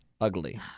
ugly